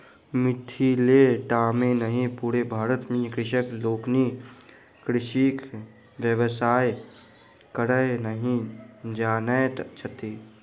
मिथिले टा मे नहि पूरे भारत मे कृषक लोकनि कृषिक व्यवसाय करय नहि जानैत छथि